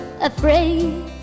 afraid